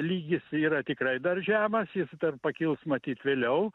lygis yra tikrai dar žemas jis dar pakils matyt vėliau